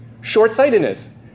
Short-sightedness